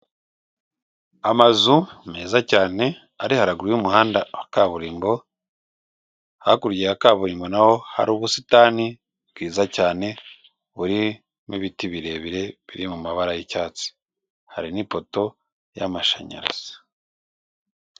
Amazu meza cyane ari haraguru y'umuhanda wa kaburimbo, hakurya ya kaburimbo naho hari ubusitani bwiza cyane burimo ibiti birebire biri mu mabara y'icyatsi, hari n'ipoto y'amashanyarazi.